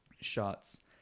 shots